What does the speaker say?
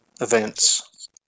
events